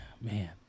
man